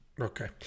Okay